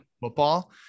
football